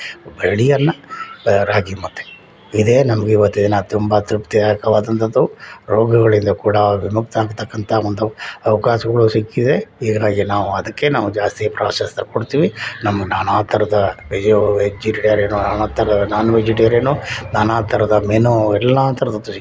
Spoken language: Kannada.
ಬಿಳಿ ಅನ್ನ ರಾಗಿ ಮುದ್ದೆ ಇದೇ ನಮಗೆ ಈವತ್ತಿನ ದಿನ ತುಂಬ ತೃಪ್ತಿ ಆಗುವಂತವು ರೋಗಗಳಿಂದ ಕೂಡ ಅದನ್ನು ನೂಗ್ತಾಕ್ತಕಂತ ಒಂದು ಅವಕಾಶಗಳು ಸಿಕ್ಕಿದೆ ಇದ್ರಾಗೆ ನಾವು ಅದಕ್ಕೆ ನಾವು ಜಾಸ್ತಿ ಪ್ರಾಶಾಸ್ತ್ಯ ಕೊಡ್ತೀವಿ ನಮ್ಗೆ ನಾನಾ ಥರದ ವೆಜಿಯೊ ವೆಜಿಟೇರಿಯನ್ನು ನಾನಾ ಥರ ನಾನ್ ವೆಜಿಟೇರಿಯನ್ನು ನಾನಾ ಥರದ ಮೆನು ಎಲ್ಲ ಥರದ